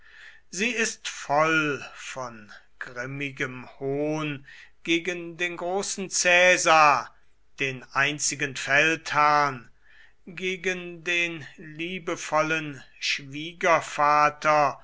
sie ist voll von grimmigem hohn gegen den großen caesar den einzigen feldherrn gegen den liebevollen schwiegervater